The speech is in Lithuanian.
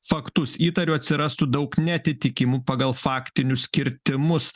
faktus įtariu atsirastų daug neatitikimų pagal faktinius kirtimus